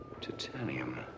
Titanium